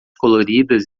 coloridas